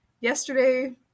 yesterday